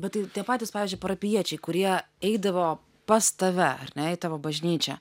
bet tai tie patys pavyzdžiui parapijiečiai kurie eidavo pas tave ar ne į tavo bažnyčią